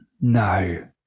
No